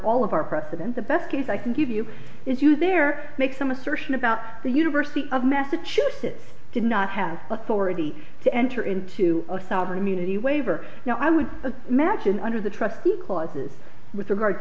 all of our precedent the best case i can give you is you there make some assertion about the university of massachusetts did not have authority to enter into a sovereign immunity waiver now i would imagine under the trustee clauses with regard to